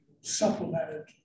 supplemented